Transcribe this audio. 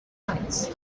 lights